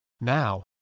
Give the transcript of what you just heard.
Now